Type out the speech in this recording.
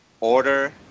order